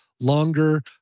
longer